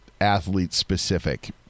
athlete-specific